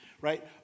Right